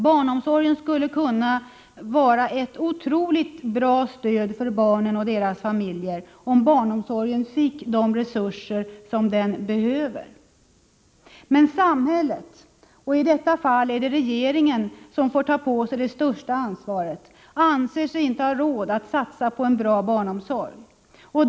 Barnomsorgen skulle kunna vara ett otroligt bra stöd för barnen och deras familjer, om barnomsorgen fick de resurser som den behöver. Men samhället — och i detta fall är det regeringen som får ta på sig det största ansvaret — anser sig inte ha råd att satsa på en bra barnomsorg.